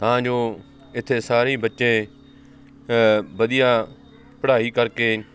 ਤਾਂ ਜੋ ਇੱਥੇ ਸਾਰੇ ਹੀ ਬੱਚੇ ਵਧੀਆ ਪੜ੍ਹਾਈ ਕਰਕੇ